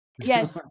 Yes